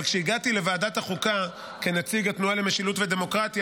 אבל כשהגעתי לוועדת החוקה כנציג התנועה למשילות ודמוקרטיה